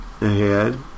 ahead